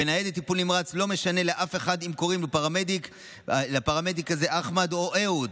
בניידת טיפול נמרץ לא משנה לאף אחד אם קוראים לפרמדיק הזה אחמד או אהוד.